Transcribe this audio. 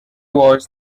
was